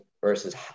versus